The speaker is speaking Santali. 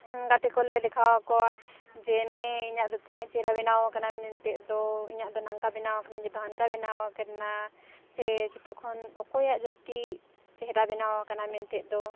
ᱜᱟᱛᱮᱠᱚᱞᱮ ᱫᱮᱠᱷᱟᱣᱟᱠᱚᱣᱟ ᱡᱮ ᱱᱮ ᱤᱧᱟᱹᱜᱫᱚ ᱛᱤᱱᱟᱹᱜ ᱪᱮᱦᱨᱟ ᱵᱮᱱᱟᱣ ᱟᱠᱟᱱᱟ ᱢᱮᱱᱛᱮ ᱤᱧᱟᱹᱜᱫᱚ ᱱᱟᱝᱠᱟ ᱵᱮᱱᱟᱣ ᱟᱠᱟᱱᱟ ᱤᱧᱟᱹᱜᱫᱚ ᱦᱟᱱᱠᱟ ᱵᱮᱱᱟᱣ ᱟᱠᱟᱱᱟ ᱥᱮ ᱡᱚᱛᱚᱠᱷᱚᱱ ᱚᱠᱚᱭᱟᱜ ᱡᱟᱹᱥᱛᱤ ᱪᱮᱦᱨᱟ ᱵᱮᱱᱟᱣ ᱟᱠᱟᱱᱟ ᱢᱮᱱᱛᱮᱫ ᱫᱚ